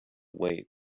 wait